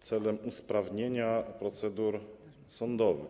celem usprawnienia procedur sądowych.